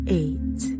eight